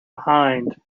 behind